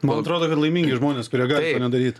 man atrodo kad laimingi žmonės kurie gali to nedaryt